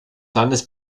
landes